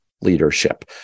leadership